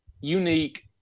unique